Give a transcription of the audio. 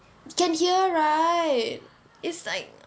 you can hear right is like